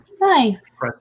Nice